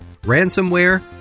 ransomware